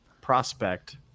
prospect